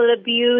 abuse